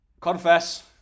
Confess